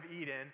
Eden